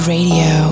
Radio